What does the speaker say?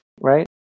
right